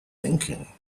thinking